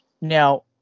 Now